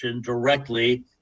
directly